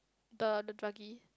the the druggy